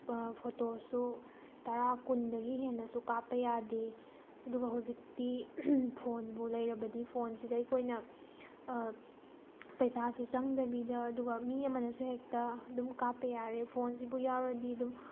ꯐꯣꯇꯣꯁꯨ ꯇꯔꯥ ꯀꯨꯟꯗꯒꯤ ꯍꯦꯟꯅꯁꯨ ꯀꯥꯞꯄ ꯌꯥꯗꯦ ꯑꯗꯨꯒ ꯍꯧꯖꯤꯛꯇꯤ ꯐꯣꯟꯕꯨ ꯂꯩꯔꯕꯗꯤ ꯐꯣꯟꯁꯤꯗ ꯑꯩꯈꯣꯏꯅ ꯄꯩꯁꯥꯁꯨ ꯆꯪꯗꯕꯤꯗ ꯑꯗꯨꯒ ꯃꯤ ꯑꯃꯅꯁꯨ ꯍꯦꯛꯇ ꯑꯗꯨꯝ ꯀꯥꯞꯄ ꯌꯥꯔꯦ ꯐꯣꯟꯁꯤꯕꯨ ꯌꯥꯎꯔꯗꯤ ꯑꯗꯨꯝ